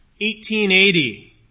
1880